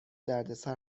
دردسر